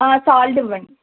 salt ఇవ్వండి